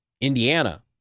Indiana